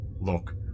Look